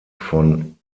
von